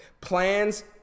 Plans